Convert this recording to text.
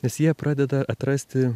nes jie pradeda atrasti